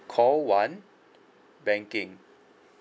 call one banking